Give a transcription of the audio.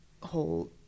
whole